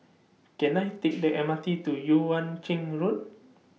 Can I Take The M R T to Yuan Ching Road